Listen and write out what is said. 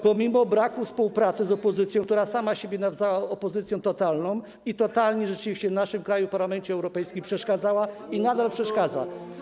Pomimo braku współpracy z opozycją, która sama siebie nazwała opozycją totalną i totalnie rzeczywiście w naszym kraju i w Parlamencie Europejskim przeszkadzała i nadal przeszkadza.